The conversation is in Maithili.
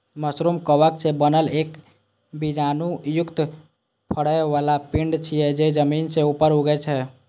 मशरूम कवक सं बनल एक बीजाणु युक्त फरै बला पिंड छियै, जे जमीन सं ऊपर उगै छै